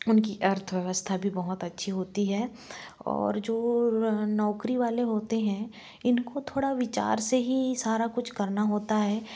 उनकी अर्थव्यवस्था भी बहुत अच्छी होती है और जो नौकरी वाले होते हैं इनको थोड़ा विचार से ही सारा कुछ करना होता है